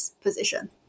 position